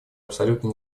абсолютно